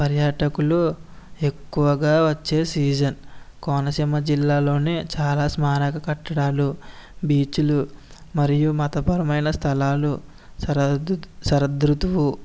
పర్యాటకులు ఎక్కువగా వచ్చే సీజన్ కోనసీమ జిల్లాలోని చాలా స్మారక కట్టడాలు బీచ్లు మరియు మతపరమైన స్థలాలు శరద్రుత్ శరదృతువు